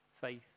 faith